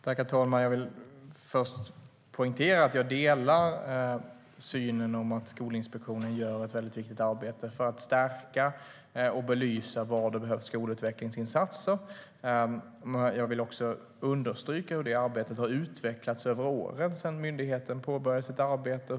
Herr talman! Jag vill först poängtera att jag delar synen att Skolinspektionen gör ett mycket viktigt arbete för att stärka och belysa var det behövs skolutvecklingsinsatser. Jag vill också understryka hur detta arbete har utvecklats under åren sedan myndigheten påbörjade sitt arbete.